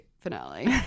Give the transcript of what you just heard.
finale